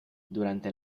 durante